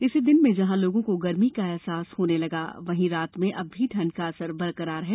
इससे दिन में जहां लोगों को गर्मी का अहसास होने लगा है हालांकि रात में अब भी ठंड का असर बरकरार है